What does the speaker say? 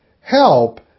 help